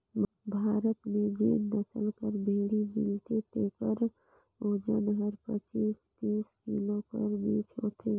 भारत में जेन नसल कर भेंड़ी मिलथे तेकर ओजन हर पचीस ले तीस किलो कर बीच होथे